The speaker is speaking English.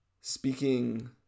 speaking